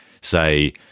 say